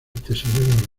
tesorero